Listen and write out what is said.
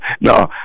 No